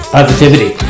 positivity